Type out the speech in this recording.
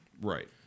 Right